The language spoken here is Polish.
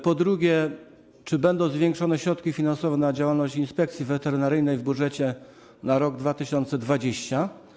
Po drugie, czy będą zwiększone środki finansowe na działalność Inspekcji Weterynaryjnej w budżecie na rok 2020?